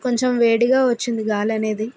కొంచెం వేడిగా వచ్చింది గాలనేది